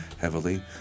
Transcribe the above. heavily